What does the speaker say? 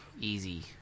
Easy